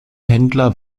händler